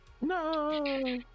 No